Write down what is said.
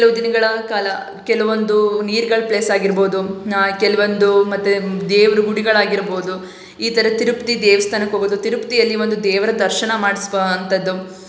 ಕೆಲವು ದಿನಗಳ ಕಾಲ ಕೆಲವೊಂದು ನೀರ್ಗಳ ಪ್ಲೇಸ್ ಆಗಿರ್ಬೋದು ನಾ ಕೆಲವೊಂದು ಮತ್ತು ದೇವ್ರ ಗುಡಿಗಳಾಗಿರ್ಬೋದು ಈ ಥರ ತಿರುಪತಿ ದೇವ್ಸ್ಥಾನಕ್ಕೆ ಹೋಗೋದು ತಿರುಪತಿಯಲ್ಲಿ ಒಂದು ದೇವರ ದರ್ಶನ ಮಾಡಿಸ್ವಂಥದ್ದು